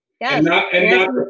yes